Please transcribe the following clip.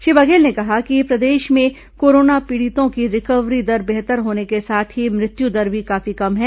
श्री बधेल ने कहा कि प्रदेश में कोरोना पीड़ितों की रिकवरी दर बेहतर होने के साथ ही मृत्युदर भी काफी कम है